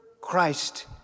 Christ